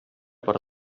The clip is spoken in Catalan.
per